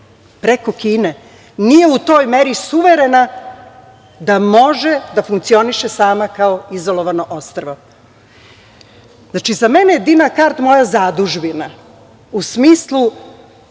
preko Kine, nije u toj meri suverena da može da funkcioniše sama kao izolovano ostrvo.Za mene je "dina kard" moja zadužbina u smislu